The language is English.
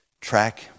track